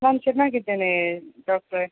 ನಾನು ಚೆನ್ನಾಗಿದ್ದೇನೆ ಡಾಕ್ಟ್ರೇ